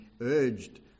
urged